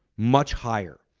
much higher.